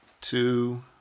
two